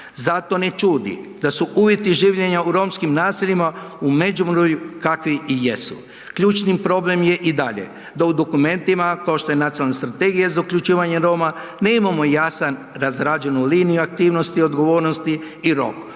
Zato ne čudi da su uvjeti življenja u romskim naseljima u Međimurju kakvi i jesu. Ključni problem je i dalje da u dokumentima kao što je nacionalna strategija za uključivanje Roma nemamo jasan razrađenu liniju aktivnosti i odgovornosti i